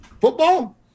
football